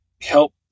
help